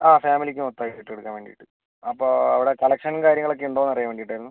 ആ ഫാമിലിക്ക് മൊത്തമായിട്ട് എടുക്കാൻ വേണ്ടീട്ട് അപ്പോൾ അവിടെ കളക്ഷനും കാര്യങ്ങളൊക്കെ ഉണ്ടോന്നറിയാൻ വേണ്ടീട്ടായിരുന്നു